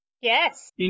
Yes